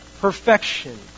perfection